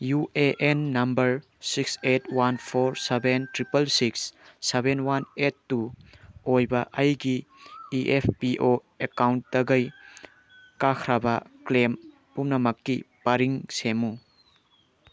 U A N number six eight one four seven triple six seven one eight two ꯑꯣꯏꯕ ꯑꯩꯒꯤ E F P O ꯑꯦꯀꯥꯎꯟꯇꯈꯩ ꯀꯥꯈ꯭ꯔꯕ claim ꯄꯨꯝꯅꯃꯛꯀꯤ ꯄꯔꯤꯡ ꯁꯦꯝꯃꯨ